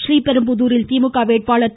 ஸ்ரீபெரும்புதூரில் திமுக வேட்பாளர் திரு